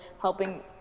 helping